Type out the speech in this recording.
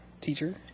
teacher